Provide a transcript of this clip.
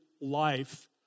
life